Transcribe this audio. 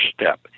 step